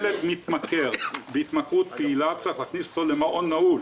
את הילד בהתמכרות פעילה צריך להכניס עם צו של בית משפט למעון נעול.